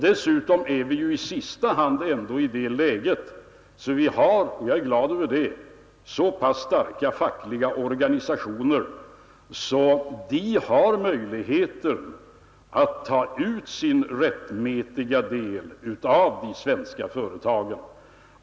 Dessutom är vi i sista hand ändå i det läget att vi har — och jag är glad över det — så pass starka fackliga organisationer, att dessa kan ta ut sin rättmätiga del från de svenska företagen.